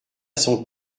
son